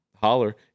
holler